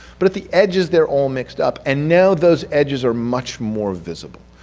but at the edges they're all mixed up and now those edges are much more visible.